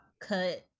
cut